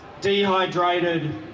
dehydrated